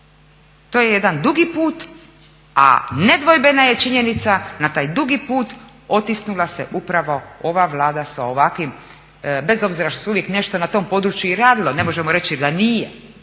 To je jedan dugi put, a nedvojbena je činjenica na taj dugi put otisnula se upravo ova Vlada sa ovakvim, bez obzira što se uvijek nešto na tom području i radilo, ne možemo reći da nije,